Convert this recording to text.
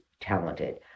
talented